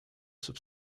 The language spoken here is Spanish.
sub